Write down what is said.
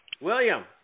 William